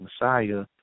messiah